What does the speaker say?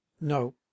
no